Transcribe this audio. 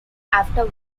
after